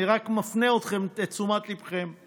אני רק מפנה אתכם, את תשומת ליבכם: